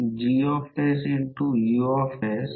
5 centimetre चिन्हांकित केला आहे